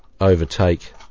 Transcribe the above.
overtake